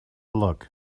look